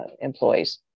employees